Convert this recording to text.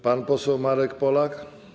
Pan poseł Marek Polak.